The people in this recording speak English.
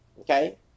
Okay